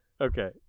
Okay